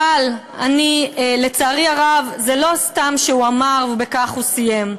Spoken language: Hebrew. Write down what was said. אבל לצערי הרב, זה לא סתם שהוא אמר ובכך הוא סיים.